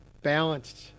balanced